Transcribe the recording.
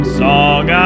song